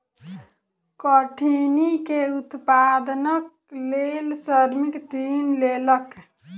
कठिनी के उत्पादनक लेल श्रमिक ऋण लेलक